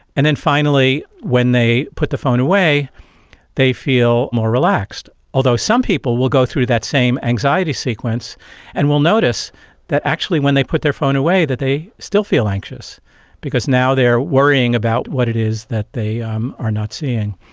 and then finally when they put the phone away they feel more relaxed. although some people will go through that same anxiety sequence and will notice that actually when they put their phone away that they still feel anxious because now they are worrying about what it is that they um are not seeing.